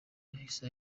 yahise